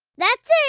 that's it.